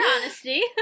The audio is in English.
honesty